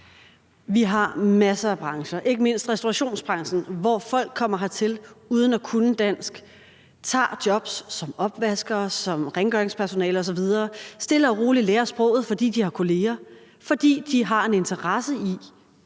Vi har masser af brancher, ikke mindst restaurationsbranchen, hvor folk kommer hertil uden at kunne dansk. De tager jobs som opvaskere, som rengøringspersonale osv., og stille og roligt lærer de sproget, fordi de har kolleger, fordi de har en interesse i